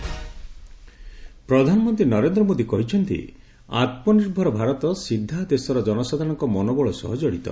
PMAY G ପ୍ରଧାନମନ୍ତ୍ରୀ ନରେନ୍ଦ୍ର ମୋଦି କହିଛନ୍ତି ଆତ୍କନିର୍ଭର ଭାରତ ସିଧା ଦେଶର ଜନସାଧାରଣଙ୍କ ମନୋବଳ ସହ ଜଡ଼ିତ